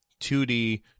2D